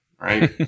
right